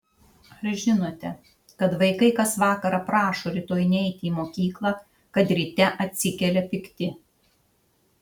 ar žinote kad vaikai kas vakarą prašo rytoj neiti į mokyklą kad ryte atsikelia pikti